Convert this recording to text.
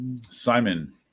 simon